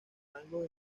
rangos